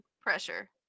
pressure